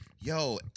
Yo